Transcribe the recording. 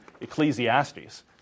Ecclesiastes